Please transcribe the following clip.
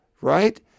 right